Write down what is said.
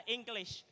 English